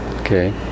Okay